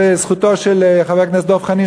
ולזכותו של חבר הכנסת חנין,